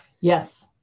yes